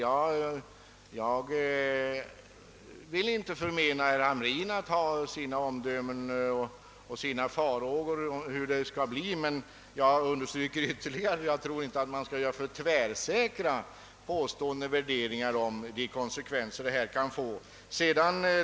Jag vill inte förmena herr Hamrin att ge uttryck åt omdömen och att hysa farhågor om hur det skall bli, men jag understryker ytterligare att man inte skall göra tvärsäkra påståenden och värderingar om de konsekvenser den här försöksverksamheten kan få.